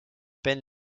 peine